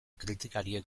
kritikariek